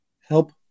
help